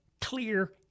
clear